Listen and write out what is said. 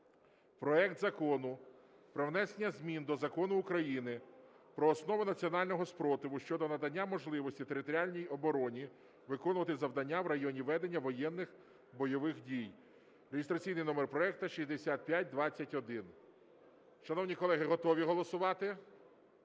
проект Закону про внесення змін до Закону України "Про основи національного спротиву" щодо надання можливості територіальній обороні виконувати завдання в районах ведення воєнних (бойових) дій (реєстраційний номер проекту 6521). Шановні колеги, готові голосувати?